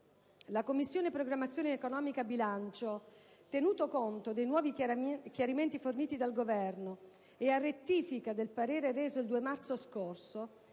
«La Commissione programmazione economica, bilancio, tenuto conto dei nuovi chiarimenti forniti dal Governo e a rettifica del parere reso il 2 marzo scorso,